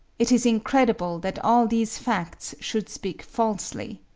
it is incredible that all these facts should speak falsely.